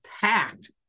packed